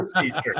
teacher